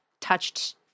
touched